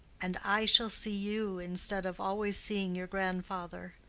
and i shall see you instead of always seeing your grandfather.